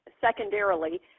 secondarily